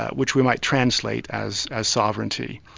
ah which we might translate as as sovereignty.